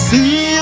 See